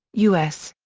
u s.